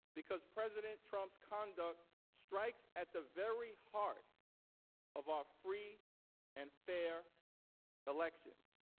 because president trump's conduct strikes at the very heart of our free and fair election.